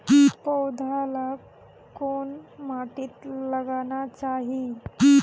पौधा लाक कोद माटित लगाना चही?